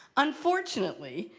unfortunately,